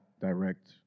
direct